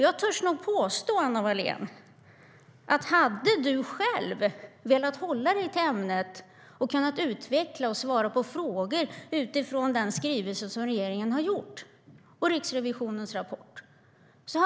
Jag vågar nog påstå, Anna Wallén, att du själv hade kunnat hålla dig till ämnet, utveckla det och svara på frågor utifrån den skrivelse som regeringen har lagt fram i anslutning till Riksrevisionens rapport.